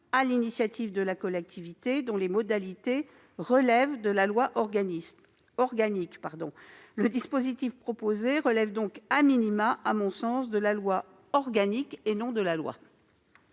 l'initiative de la collectivité dont les modalités relèvent de la loi organique. Le dispositif proposé relève donc, à mon sens, de la loi organique et non de la loi.